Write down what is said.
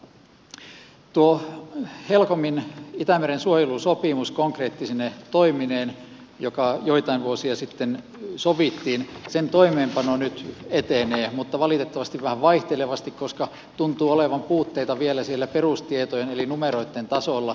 tuon helcomin itämeren suojelusopimuksen konkreettisine toimineen joka joitain vuosia sitten sovittiin toimeenpano nyt etenee mutta valitettavasti vähän vaihtelevasti koska tuntuu olevan puutteita vielä siellä perustietojen eli numeroitten tasolla